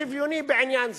שוויוני בעניין זה.